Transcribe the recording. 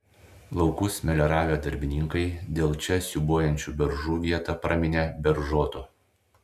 laukus melioravę darbininkai dėl čia siūbuojančių beržų vietą praminė beržotu